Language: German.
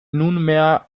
nunmehr